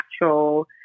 natural